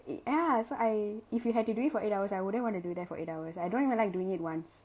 ya so I if you had to do it for eight hours I wouldn't want to do that for eight hours I don't even like doing it once